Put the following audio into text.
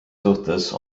suhtes